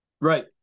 right